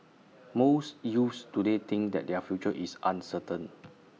most youths today think that their future is uncertain